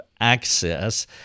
access